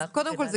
אז קודם כל,